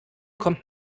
kommt